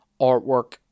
artwork